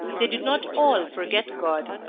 they did not all forget god.